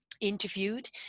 interviewed